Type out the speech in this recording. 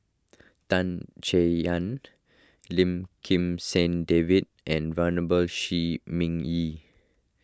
Tan Chay Yan Lim Kim San David and Venerable Shi Ming Yi